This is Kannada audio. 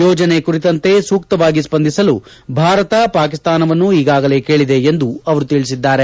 ಯೋಜನೆ ಕುರಿತಂತೆ ಸೂಕ್ತವಾಗಿ ಸ್ಪಂಧಿಸಲು ಭಾರತ ಪಾಕಿಸ್ತಾನವನ್ನು ಈಗಾಗಲೇ ಕೇಳದೆ ಎಂದು ಅವರು ತಿಳಿಸಿದ್ದಾರೆ